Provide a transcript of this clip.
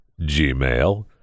Gmail